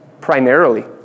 primarily